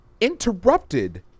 interrupted